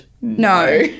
No